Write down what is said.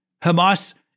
Hamas